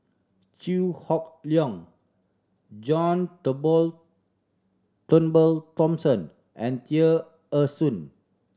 Chew Hock Leong John Turnbull Thomson and Tear Ee Soon